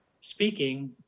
speaking